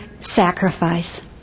sacrifice